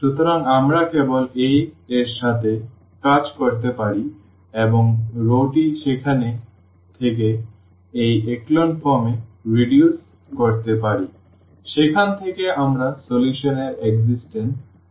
সুতরাং আমরা কেবল A এর সাথে কাজ করতে পারি এবং রওটি সেখান থেকে এই echelon ফর্ম এ হ্রাস করতে পারি সেখান থেকে আমরা সমাধান এর অস্তিত্ব উপসংহার করতে পারি